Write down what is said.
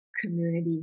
Community